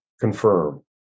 confirm